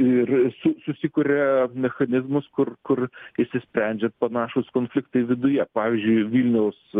ir su susikuria mechanizmus kur kur išsisprendžia panašūs konfliktai viduje pavyzdžiui vilniaus